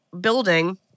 building